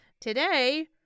today